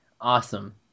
Awesome